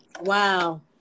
Wow